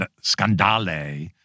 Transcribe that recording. Scandale